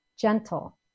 gentle